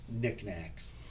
knickknacks